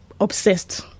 obsessed